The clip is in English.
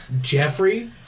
Jeffrey